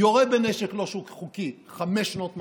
יורה בנשק לא חוקי, חמש שנות מאסר,